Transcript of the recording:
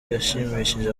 yashimishije